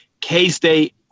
K-State